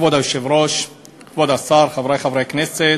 כבוד היושב-ראש, כבוד השר, חברי חברי הכנסת,